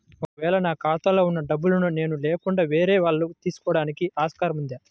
ఒక వేళ నా ఖాతాలో వున్న డబ్బులను నేను లేకుండా వేరే వాళ్ళు తీసుకోవడానికి ఆస్కారం ఉందా?